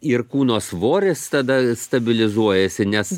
ir kūno svoris tada stabilizuojasi nes